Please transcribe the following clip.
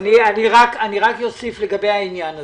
רק אוסיף לגבי העניין הזה: